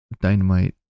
dynamite